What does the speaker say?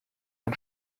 ein